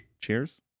Cheers